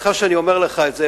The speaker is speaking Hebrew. וסליחה שאני אומר לך את זה,